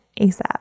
ASAP